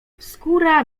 skóra